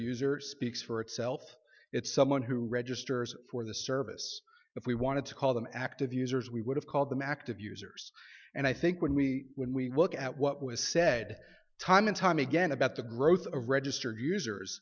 user speaks for itself it's someone who registers for the service if we want to call them active users we would have called them active users and i think when we when we look at what was said time and time again about the growth of registered users